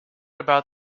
about